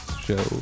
show